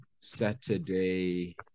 Saturday